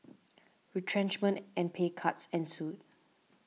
retrenchment and pay cuts ensued